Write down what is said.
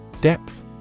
Depth